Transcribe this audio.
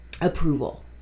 approval